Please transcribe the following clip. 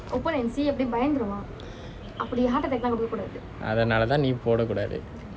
அதனால தான் நீ போட கூடாது:athanaala thaan ni poda kudaathu